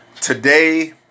Today